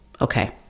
Okay